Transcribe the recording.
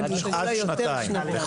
עד שנתיים.